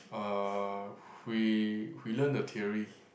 uh we we learn the theory